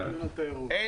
התיירות?